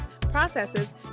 processes